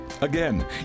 Again